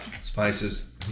Spices